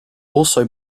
also